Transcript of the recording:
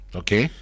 okay